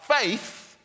faith